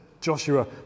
Joshua